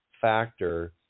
factor